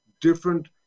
different